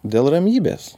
dėl ramybės